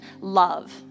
love